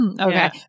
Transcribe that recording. Okay